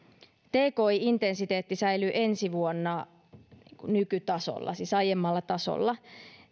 tki intensiteetti säilyy ensi vuonna nykytasolla siis aiemmalla tasolla